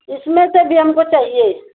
इसमें से भी हमको चाहिये